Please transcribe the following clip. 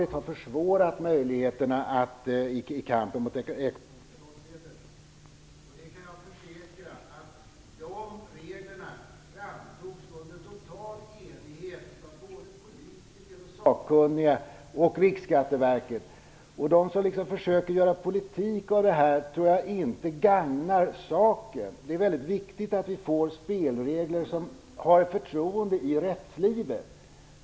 Jag kan försäkra att de reglerna framtogs under total enighet bland politiker, sakkunniga och Riksskatteverket. De som försöker att göra politik av detta gagnar enligt min mening inte saken. Det är väldigt viktig att vi får spelregler som har förtroende i rättslivet.